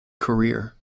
career